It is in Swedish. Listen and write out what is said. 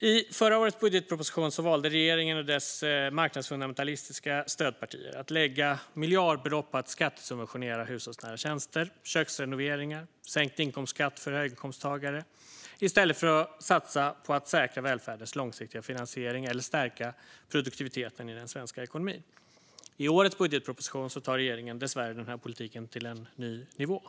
I förra årets budgetproposition valde regeringen och dess marknadsfundamentalistiska stödpartier att lägga miljardbelopp på att skattesubventionera hushållsnära tjänster, på köksrenoveringar och på sänkt inkomstskatt för höginkomsttagare i stället för att satsa på att säkra välfärdens långsiktiga finansiering eller stärka produktiviteten i den svenska ekonomin. I årets budgetproposition tar regeringen dessvärre den här politiken till en ny nivå.